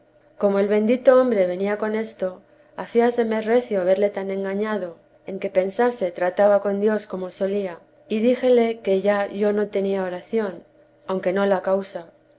como el bendito hombre venía con esto hádaseme recio verle tan engañado en que pensase trataba con dios como solía y díjele que ya yo no tenía oración aunque no la causa